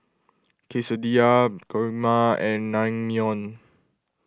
Quesadillas Kheema and Naengmyeon